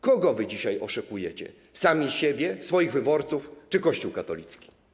Kogo wy dzisiaj oszukujecie: sami siebie, swoich wyborców czy Kościół katolicki?